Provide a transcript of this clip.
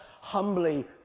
humbly